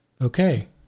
okay